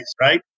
right